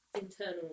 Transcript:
internal